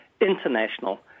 international